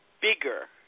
bigger